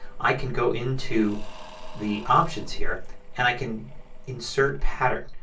i can go into the options here and i can insert pattern.